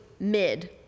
Mid